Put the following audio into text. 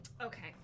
Okay